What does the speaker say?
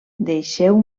deixeu